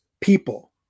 people